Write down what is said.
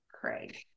Craig